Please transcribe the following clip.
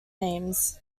names